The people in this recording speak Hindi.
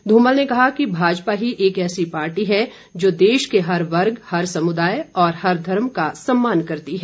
धूमल ने कहा कि भाजपा ही एक ऐसी पार्टी है जो देश के हर वर्ग हर समुदाय और हर धर्म का सम्मान करती है